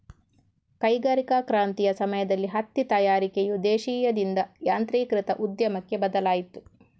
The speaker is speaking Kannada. ಕೈಗಾರಿಕಾ ಕ್ರಾಂತಿಯ ಸಮಯದಲ್ಲಿ ಹತ್ತಿ ತಯಾರಿಕೆಯು ದೇಶೀಯದಿಂದ ಯಾಂತ್ರೀಕೃತ ಉದ್ಯಮಕ್ಕೆ ಬದಲಾಯಿತು